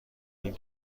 این